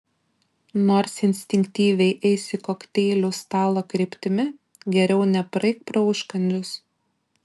nors instinktyviai eisi kokteilių stalo kryptimi geriau nepraeik pro užkandžius